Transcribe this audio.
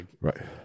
Right